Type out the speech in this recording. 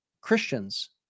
Christians